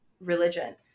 religion